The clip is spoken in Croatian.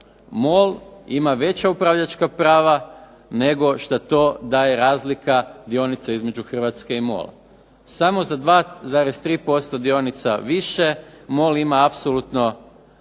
MOL ima veća upravljačka prava nego što to daje razlika dionica između Hrvatske i MOL-a? Samo za 2,3% dionica više MOL ima apsolutno cijelu